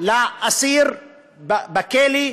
לאסיר בכלא.